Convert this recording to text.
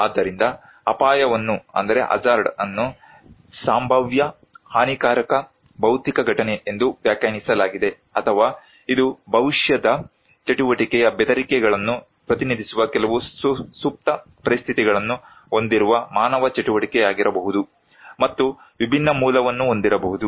ಆದ್ದರಿಂದ ಅಪಾಯವನ್ನು ಸಂಭಾವ್ಯ ಹಾನಿಕಾರಕ ಭೌತಿಕ ಘಟನೆ ಎಂದು ವ್ಯಾಖ್ಯಾನಿಸಲಾಗಿದೆ ಅಥವಾ ಇದು ಭವಿಷ್ಯದ ಚಟುವಟಿಕೆಯ ಬೆದರಿಕೆಗಳನ್ನು ಪ್ರತಿನಿಧಿಸುವ ಕೆಲವು ಸುಪ್ತ ಪರಿಸ್ಥಿತಿಗಳನ್ನು ಹೊಂದಿರುವ ಮಾನವ ಚಟುವಟಿಕೆಯಾಗಿರಬಹುದು ಮತ್ತು ವಿಭಿನ್ನ ಮೂಲವನ್ನು ಹೊಂದಿರಬಹುದು